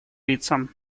лицам